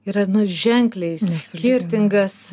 yra nu ženkliai skirtingas